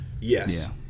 Yes